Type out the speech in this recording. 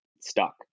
stuck